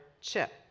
Chip